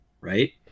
right